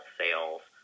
sales